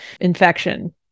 infection